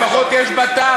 לפחות יש בה טעם,